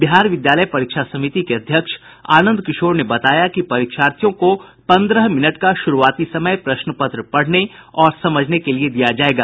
बिहार विद्यालय परीक्षा समिति के अध्यक्ष आनंद किशोर ने बताया कि परीक्षार्थियों को पंद्रह मिनट का शुरूआती समय प्रश्न पत्र पढ़ने और समझने को लिये दिया जायेगा